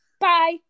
Bye